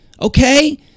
Okay